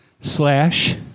slash